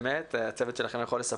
הצוות שלי יכול לספר לכם,